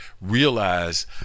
realize